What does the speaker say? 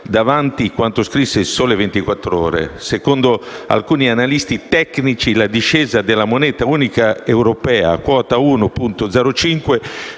davanti quanto scrisse il «Sole 24 Ore»: «Secondo alcuni analisti tecnici la discesa della moneta unica europea a quota 1,05